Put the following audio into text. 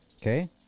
Okay